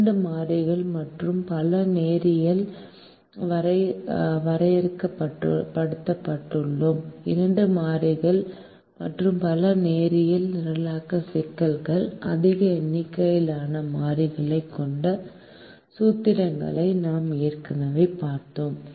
இரண்டு மாறிகள் மற்றும் பல நேரியல் நிரலாக்க சிக்கல்கள் அதிக எண்ணிக்கையிலான மாறிகளைக் கொண்ட சூத்திரங்களை நாம் ஏற்கனவே பார்த்தோம்